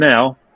now